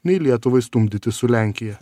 nei lietuvai stumdytis su lenkija